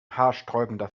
haarsträubender